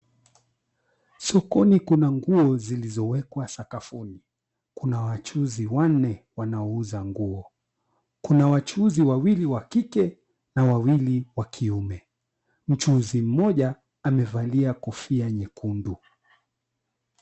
Sokoni kuna nguo zilizowekwa sakafuni, kuna wachuuzi wanne wanaouza nguo, kuna wachuuzi wawili wakike na wawili wa kiume, mchuuzi mmoja amevalia kofia nyekundu.